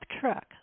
truck